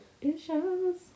issues